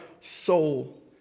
soul